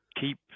keep